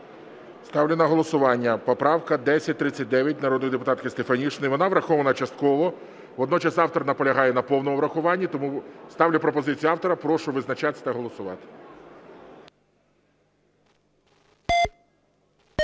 Ставлю на голосування поправку 1039 народної депутатки Стефанишиної. Вона врахована частково, водночас автор наполягає на повному врахуванні. Тому ставлю пропозицію автора. Прошу визначатися та голосувати.